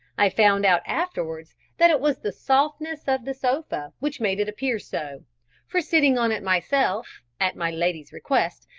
i found out afterwards that it was the softness of the sofa which made it appear so for sitting on it myself, at my lady's request,